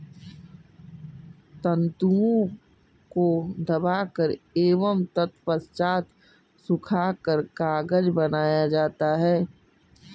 तन्तुओं को दबाकर एवं तत्पश्चात सुखाकर कागज बनाया जाता है